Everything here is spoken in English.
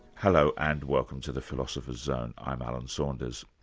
hello and welcome to the philosopher's zone. i'm alan saunders.